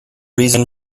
reason